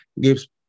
gives